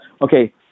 okay